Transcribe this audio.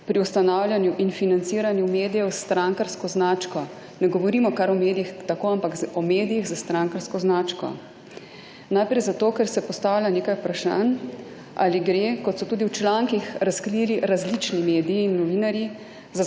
pri ustanavljanju in financiranju medijev s strankarsko značko. Ne govorimo kar o medijih tako, ampak o medijih s strankarsko značko. Najprej zato, ker se postavlja nekaj vprašanj, ali gre, kot so tudi v člankih razkrili različni mediji in novinarji,